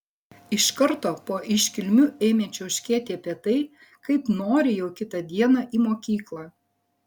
iš karto po iškilmių ėmė čiauškėti apie tai kaip nori jau kitą dieną į mokyklą